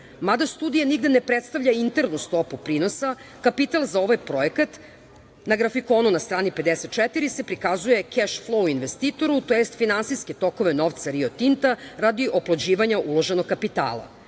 mada studija nigde ne predstavlja internu stopu prinosa, kapital za ovaj projekat, na grafikonu na strani 54 se prikazuje cash flow investitoru, to jest finansijske tokove novca "Rio Tinta" radi oplođivanja uloženog kapitala.